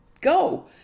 go